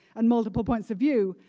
and multiple points of view,